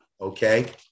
okay